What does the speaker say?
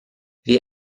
wir